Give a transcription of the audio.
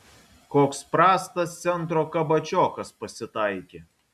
koks prastas centro kabačiokas pasitaikė